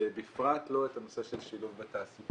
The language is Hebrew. בפרט לא את הנושא של שילוב בתעסוקה.